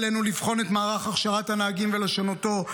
עלינו לבחון את מערך הכשרת הנהגים ולשנותו,